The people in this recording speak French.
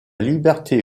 liberté